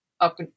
up